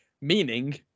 meaning